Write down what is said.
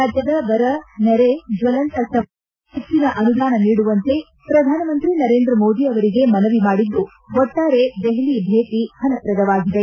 ರಾಜ್ಯದ ಬರ ನೆರೆ ಜ್ವಲಂತ ಸಮ್ಯಸೆ ನಿವಾರಣೆಗೆ ಹೆಚ್ಚಿನ ಅನುದಾನ ನೀಡುವಂತೆ ಪ್ರಧಾನಮಂತ್ರಿ ನರೇಂದ್ರ ಮೋದಿ ಅವರಿಗೆ ಮನವಿ ಮಾಡಿದ್ದು ಒಟ್ಟಾರೆ ದೆಹಲಿ ಭೇಟಿ ಫಲಪ್ರಧವಾಗಿದೆ